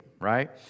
right